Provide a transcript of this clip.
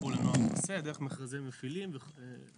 טיפול נוער חוסה דרך מכרזי מפעילים וכדומה.